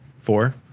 Four